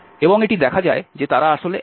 এবং এটি দেখা যায় যে তারা আসলে একই